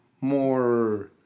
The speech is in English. more